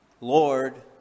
Lord